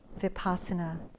Vipassana